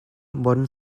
modern